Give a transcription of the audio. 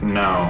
no